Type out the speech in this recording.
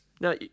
Now